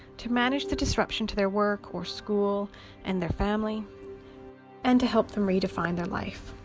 to manage the disruption to their work or school and their family and to help them redefine their life.